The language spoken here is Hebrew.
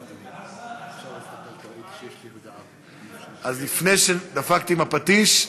16:00. לפני שדפקתי עם הפטיש,